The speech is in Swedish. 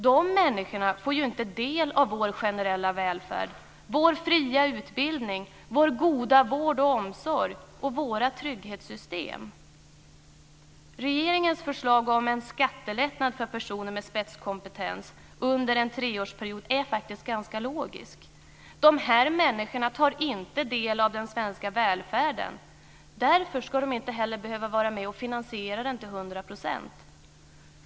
De människorna får ju inte del av vår generella välfärd, vår fria utbildning, vår goda vård och omsorg och våra trygghetssystem. Regeringens förslag om en skattelättnad för personer med spetskompetens under en treårsperiod är faktiskt ganska logiskt. De här människorna tar inte del av den svenska välfärden. Därför ska de inte heller behöva vara med och finansiera den till 100 %.